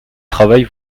travail